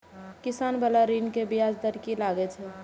किसान बाला ऋण में ब्याज दर कि लागै छै?